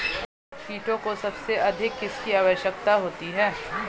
कीटों को सबसे अधिक किसकी आवश्यकता होती है?